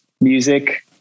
music